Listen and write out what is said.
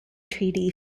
treaty